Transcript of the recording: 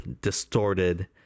distorted